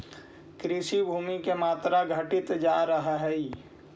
कृषिभूमि के मात्रा घटित जा रहऽ हई